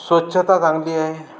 स्वच्छता चांगली आहे